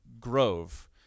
grove